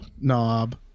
knob